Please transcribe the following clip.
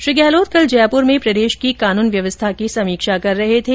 श्री गहलोत कल जयपुर में प्रदेश की कानून व्यवस्था की समीक्षा कर रहे थे